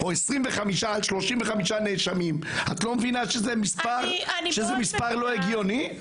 את לא מבינה שזה מספר לא הגיוני?